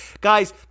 Guys